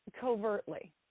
covertly